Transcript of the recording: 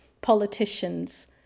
politicians